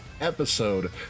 episode